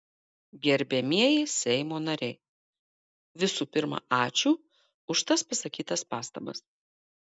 gerbiamieji seimo nariai visų pirma ačiū už tas pasakytas pastabas